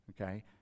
okay